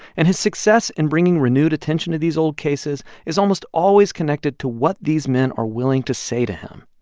and his success in bringing renewed attention to these old cases is almost always connected to what these men are willing to say to him,